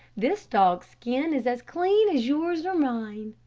this dog's skin is as clean as yours or mine.